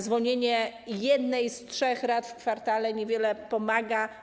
Zwolnienie z jednej z trzech rat w kwartale niewiele pomaga.